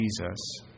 Jesus